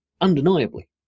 undeniably